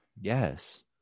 Yes